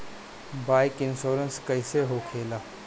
Bike insurance कैसे होखे ला?